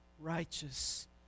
righteous